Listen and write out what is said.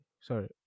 sorry